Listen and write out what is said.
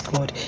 God